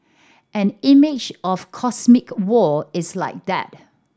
an image of cosmic war is like that